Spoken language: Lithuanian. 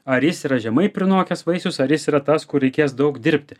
ar jis yra žemai prinokęs vaisius ar jis yra tas kur reikės daug dirbti